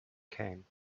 came